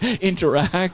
interact